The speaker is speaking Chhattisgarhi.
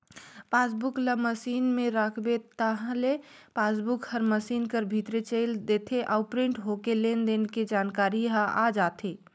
पासबुक ल मसीन में राखबे ताहले पासबुक हर मसीन कर भीतरे चइल देथे अउ प्रिंट होके लेन देन के जानकारी ह आ जाथे